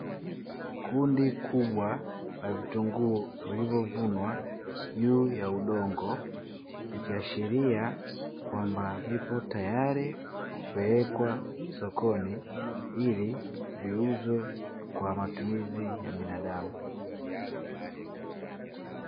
Kundi kubwa la vitunguu vilivyovunwa juu ya udongo, ni kiashiria kwamba viko tayari kupelekwa sokoni ili viuzwe kwa matumizi ya binadamu.